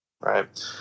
Right